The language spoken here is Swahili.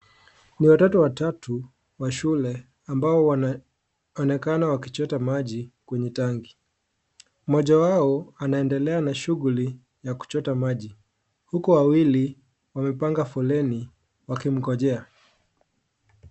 Ni watoto watatu wa shule ambao wanaonekana wakichota maji kwenye tanki. Mmoja wao anaendelea na shughuli ya kuchota maji huku wawili wamepanga foleni wakimngojea.